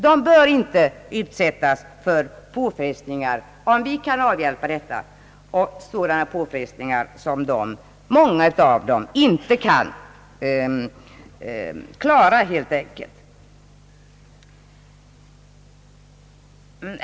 De bör inte utsättas för påfrestningar, om vi kan avhjälpa detta — svåra påfrestningar som många av dem inte kan klara helt enkelt.